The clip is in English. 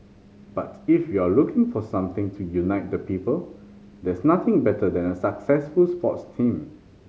but if you're looking for something to unite the people there's nothing better than a successful sports team